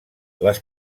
les